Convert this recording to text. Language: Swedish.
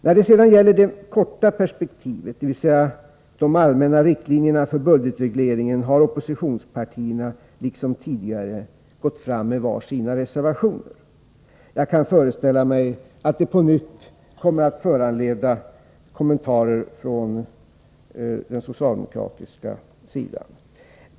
När det sedan gäller det korta perspektivet, dvs. de allmänna riktlinjerna för budgetregleringen, har oppositionspartierna liksom tidigare gått fram med var sin reservation. Jag kan föreställa mig att det på nytt kommer att föranleda kommentarer från den socialdemokratiska sidan.